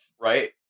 Right